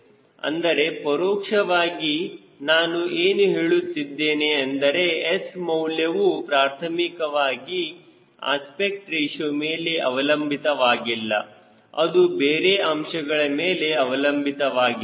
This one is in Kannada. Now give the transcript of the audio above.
ಅಂದರೆ ಪರೋಕ್ಷವಾಗಿ ನಾನು ಏನು ಹೇಳುತ್ತಿದ್ದೇನೆ ಅಂದರೆ S ಮೌಲ್ಯವು ಪ್ರಾಥಮಿಕವಾಗಿ ಅಸ್ಪೆಕ್ಟ್ ರೇಶಿಯೋ ಮೇಲೆ ಅವಲಂಬಿತವಾಗಿಲ್ಲ ಅದು ಬೇರೆ ಅಂಶಗಳ ಮೇಲೆ ಅವಲಂಬಿತವಾಗಿದೆ